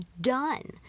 done